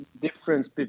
difference